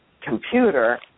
computer